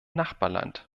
nachbarland